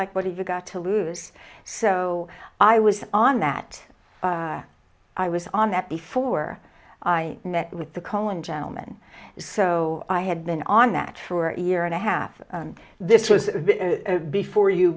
like what have you got to lose so i was on that i was on that before i met with the colon gentleman so i had been on that for a year and a half and this was before you